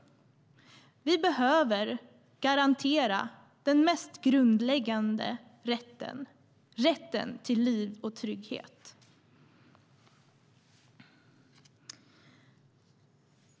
Vi behöver garantera den mest grundläggande rätten - rätten till liv och trygghet.